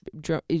drum